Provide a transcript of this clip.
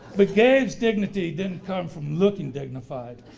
but gabe's dignity didn't come from looking dignified.